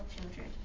children